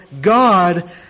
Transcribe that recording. God